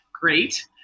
great